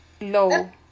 low